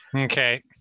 Okay